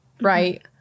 right